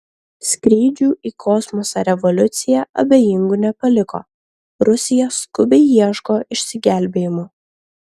skrydžių į kosmosą revoliucija abejingų nepaliko rusija skubiai ieško išsigelbėjimo